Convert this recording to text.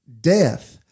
death